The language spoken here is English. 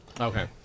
Okay